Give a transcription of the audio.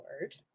word